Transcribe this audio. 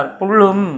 pulum